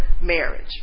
marriage